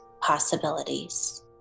possibilities